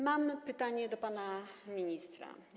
Mam pytanie do pana ministra.